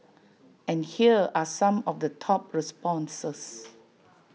and here are some of the top responses